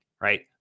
right